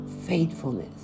faithfulness